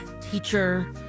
teacher